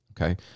Okay